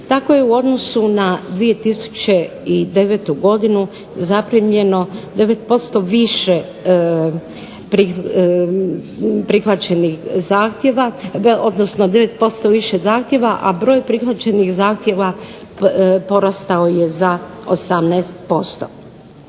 Tako je u odnosu na 2009. godinu zaprimljeno 9% više prihvaćenih zahtjeva, a broj prihvaćenih zahtjeva porastao je za 18%.